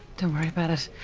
don't worry about it.